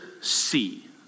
see